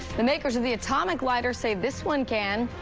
the makers of the atomic lighter say this one can.